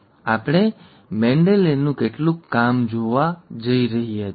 અમે સમીક્ષા કરવા જઈ રહ્યા છીએ અમે મેન્ડેલનું કેટલુંક કામ જોવા જઈ રહ્યા છીએ